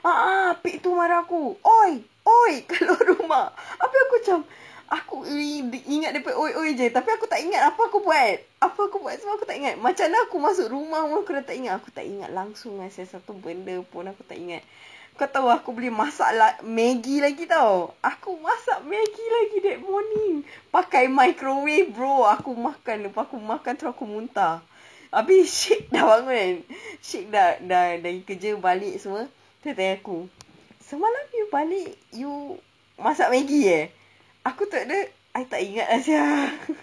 a'ah apit tu marah aku !oi! !oi! kat rumah tapi aku macam aku !ee! ingat dia !oi! !oi! jer tapi aku tak ingat apa aku buat apa aku buat semua aku tak ingat macam mana aku masuk rumah pun aku dah tak ingat aku tak ingat langsung lah sia satu benda pun aku tak ingat kau tahu aku boleh masak lah maggi lagi [tau] aku masak maggi lagi that morning pakai microwave bro aku makan lepas aku makan terus aku muntah habis syed dah bangun kan syed dah dah pergi kerja balik semua tu dia tanya aku semalam you balik you masak maggi eh aku tengok dia I tak ingat lah sia